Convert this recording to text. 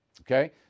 okay